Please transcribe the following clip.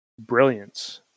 brilliance